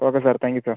okay sir thank you sir